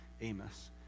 Amos